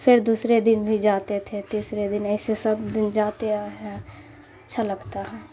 پھر دوسرے دن بھی جاتے تھے تیسرے دن ایسے سب دن جاتے آئے ہیں اچھا لگتا ہے